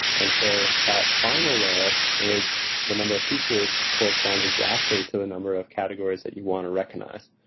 and so that final layer is the number of features corresponds exactly to the number of categories that you want to recognize.